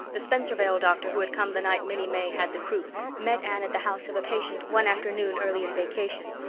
the spencervale doctor who had come the night minnie may had the croup met anne at the house of a patient one afternoon early in vacation,